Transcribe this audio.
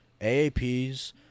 AAPS